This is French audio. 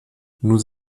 nous